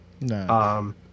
No